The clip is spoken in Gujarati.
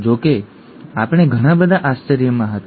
જો કે અમે ઘણા બધા આશ્ચર્યમાં હતા